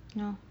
no